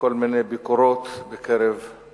כל מיני ביקורות, לקרב את